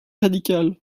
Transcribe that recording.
radical